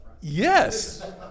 Yes